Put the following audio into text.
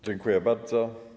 Dziękuję bardzo.